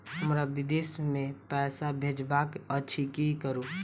हमरा विदेश मे पैसा भेजबाक अछि की करू?